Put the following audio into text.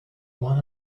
one